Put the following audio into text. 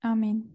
Amen